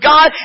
God